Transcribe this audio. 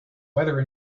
weather